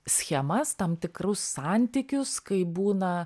schemas tam tikrus santykius kai būna